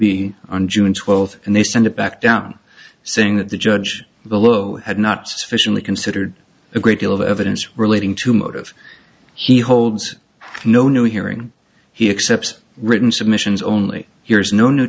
be on june twelfth and they sent it back down saying that the judge below had not sufficiently considered a great deal of evidence relating to motive he holds no new hearing he except written submissions only hears n